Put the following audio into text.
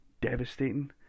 devastating